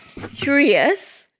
curious